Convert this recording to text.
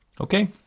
Okay